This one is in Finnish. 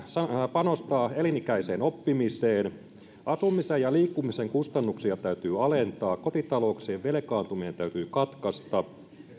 panostaa elinikäiseen oppimiseen asumisen ja liikkumisen kustannuksia täytyy alentaa kotitalouksien velkaantuminen täytyy katkaista